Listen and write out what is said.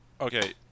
Okay